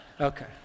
Okay